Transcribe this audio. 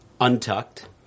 untucked